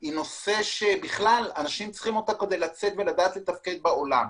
היא נושא שאנשים צריכים אותה כדי לצאת ולדעת לתפקד בעולם.